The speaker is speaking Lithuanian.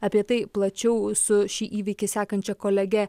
apie tai plačiau su šį įvykį sekančia kolege